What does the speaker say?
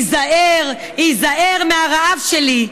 היזהר, היזהר מהרעב שלי,